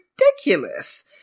ridiculous